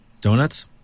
donuts